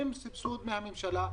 עם סבסוד מהממשלה,